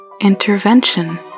Intervention